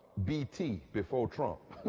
bt, before trump.